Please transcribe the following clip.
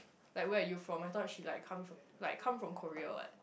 like where are you from I thought he like come like come from Korea what